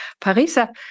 Parisa